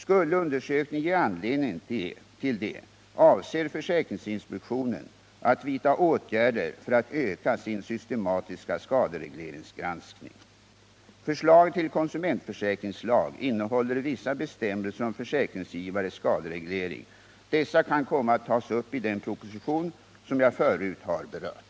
Skulle undersökningen ge anledning till det avser försäkringsinspektionen att vidta åtgärder för att öka sin systematiska skaderegleringsgranskning. Förslaget till konsumentförsäkringslag innehåller vissa bestämmelser om försäkringsgivares skadereglering. Dessa kan komma att tas upp i den proposition som jag förut har berört.